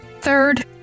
Third